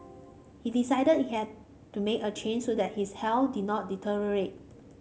he decided he had to make a change so that his health did not deteriorate